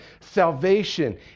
salvation